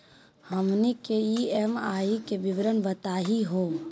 हमनी के ई.एम.आई के विवरण बताही हो?